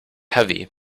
heavy